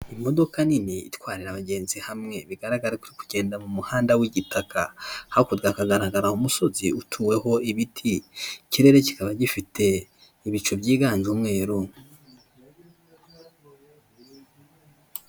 Imodoka nini itwarira abagenzi hamwe bigaragara ko iri kugenda mu muhanda w'igitaka, hakurya hakagaragara umusozi utuweho ibiti, ikirere kikaba gifite ibicu byiganje umweru.